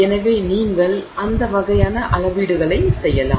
எனவே நீங்கள் அந்த வகையான அளவீடுகளை செய்யலாம்